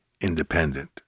independent